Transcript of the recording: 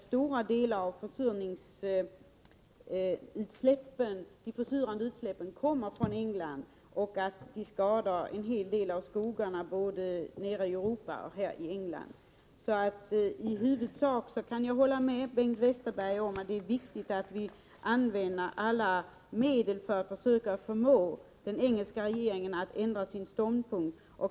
Stora delar av de försurande utsläppen kommer ju från England och skadar omfattande skogsarealer både i England och i Europa i övrigt. I huvudsak kan jag hålla med Bengt Westerberg om att det är viktigt att vi använder alla medel för att försöka förmå den engelska regeringen att ändra sin ståndpunkt.